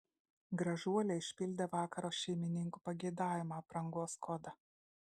gražuolė išpildė vakaro šeimininkų pageidavimą aprangos kodą